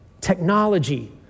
technology